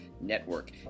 Network